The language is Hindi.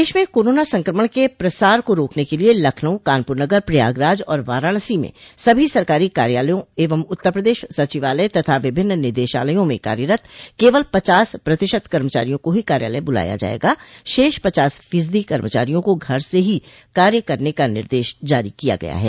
प्रदेश में कोरोना संक्रमण के प्रसार को रोकने के लिये लखनऊ कानपुर नगर प्रयागराज और वाराणसी में सभी सरकारी कार्यालयों एवं उत्तर प्रदेश सचिवालय तथा विभिन्न निदेशालयों में कार्यरत केवल पचास प्रतिशत कर्मचारियों को ही कार्यालय बुलाया जायेगा शेष पचास फीसदी कर्मचारियों को घर से हो कार्य करने का निर्देश जारी किया गया है